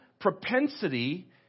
propensity